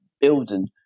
building